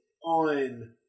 on